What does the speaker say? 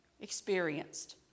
experienced